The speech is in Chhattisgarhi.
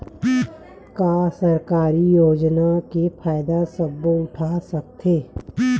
का सरकारी योजना के फ़ायदा सबो उठा सकथे?